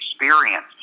experience